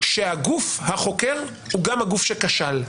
שהגוף החוקר הוא גם הגוף שכשל,